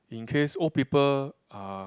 in case old people uh